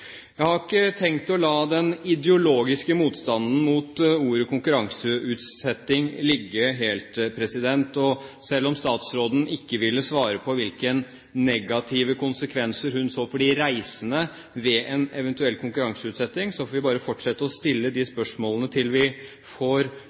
Jeg har ikke tenkt å la den ideologiske motstanden mot ordet «konkurranseutsetting» ligge helt. Selv om statsråden ikke ville svare på hvilke negative konsekvenser hun så for de reisende ved en eventuell konkurranseutsetting, får vi bare fortsette å stille de